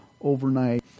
overnight